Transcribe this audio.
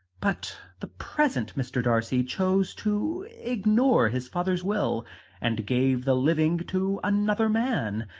but the present mr. darcy chose to ignore his father's will and gave the living to another man.